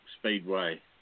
Speedway